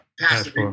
passive